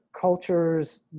cultures